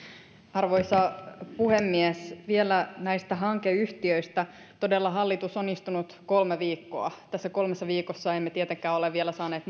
arvoisa puhemies vielä näistä hankeyhtiöistä todella hallitus on istunut kolme viikkoa tässä kolmessa viikossa emme tietenkään ole vielä saaneet